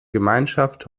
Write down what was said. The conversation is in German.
gemeinschaft